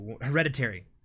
Hereditary